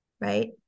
right